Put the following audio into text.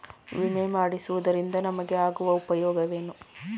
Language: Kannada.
ವಿಮೆ ಮಾಡಿಸುವುದರಿಂದ ನಮಗೆ ಆಗುವ ಉಪಯೋಗವೇನು?